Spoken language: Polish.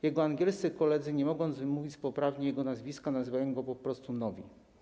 Jego angielscy koledzy, nie mogąc wymówić poprawnie jego nazwiska, nazywali go po prostu „Novi”